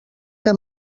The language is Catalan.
que